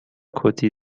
کتی